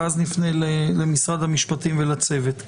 ואז נפנה למשרד המשפטים ולצוות.